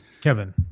Kevin